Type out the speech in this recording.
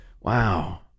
wow